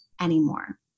anymore